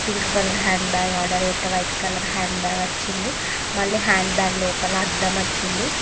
pink colour handbag order చస్తే white colour handbag వచ్చింది మళ్ళీ హ్యాండ్బ్యాగ్ లోపల అద్దం వచ్చింది